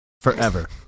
forever